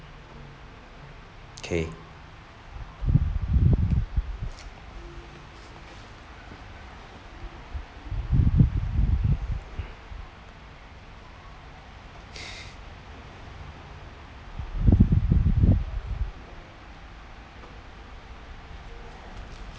okay